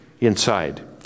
inside